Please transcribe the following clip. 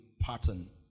pattern